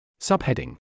Subheading